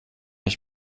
ich